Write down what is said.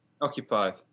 Occupied